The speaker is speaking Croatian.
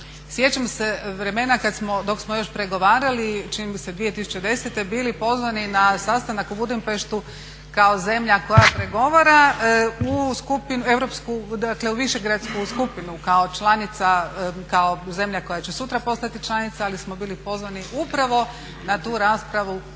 Sjećam se vremena dok smo još pregovarali, čini mi se 2010. i bili pozvani na sastanak u Budimpeštu kao zemlja koja pregovora, dakle u Višegradsku skupinu kao zemlja koja će sutra postati članica ali smo bili pozvani upravo na tu raspravu